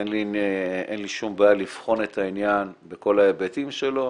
אין לי שום בעיה לבחון את העניין בכל ההיבטים שלו,